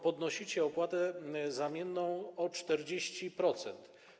Podnosicie opłatę zamienną o 40%.